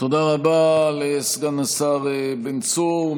תודה רבה לסגן השר בן צור.